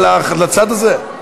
פתאום אתה קשוב לצד הזה?